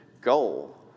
goal